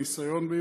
בעברית: בניסיון,